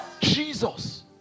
Jesus